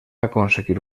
aconseguir